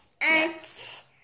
Yes